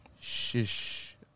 Shish